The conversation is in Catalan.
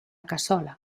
cassola